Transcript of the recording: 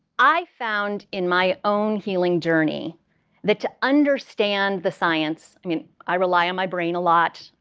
i found in my own healing journey that to understand the science i mean, i rely on my brain a lot,